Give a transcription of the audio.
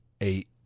Eight